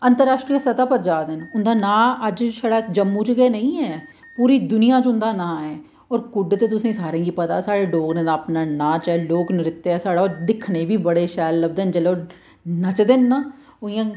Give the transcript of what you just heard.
अंतरराश्ट्री स्तह पर जा दे न उंदा नांऽ अज्ज छड़ा जम्मू च गै नेईं ऐ पूरी दुनियां च उंदा नांऽ ऐ होर कुड्ढ ते तुसें सारें गी पता ऐ साढ़े डोगरे दा अपना नाच ऐ लोक नृत्य ऐ साढ़ा ते दिक्खने गी बडा शैल लगदे न जेह्ले ओह् नचदे न ओह् इयां अपने चिट्टे चिट्टे